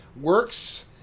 works